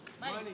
Money